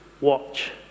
watch